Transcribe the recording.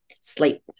sleep